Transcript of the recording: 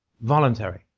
voluntary